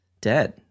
dead